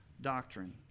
doctrine